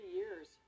years